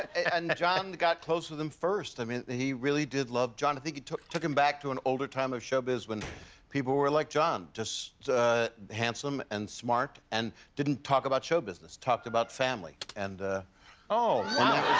and john got close with him first. i mean he really did love john. i think he took took him back to an older time of showbiz when people were like john just handsome and smart, and didn't talk about show business talked about family and, ah oh wow!